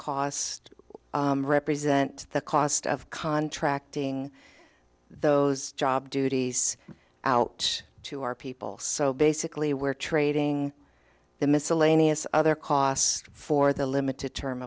costs represent the cost of contracting those job duties out to our people so basically we're trading the miscellaneous other costs for the limited term